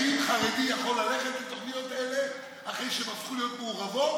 האם חרדי יכול ללכת לתוכניות אלה אחרי שהן הפכו להיות מעורבות,